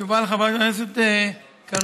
תשובה לחברת הכנסת קארין: